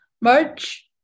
March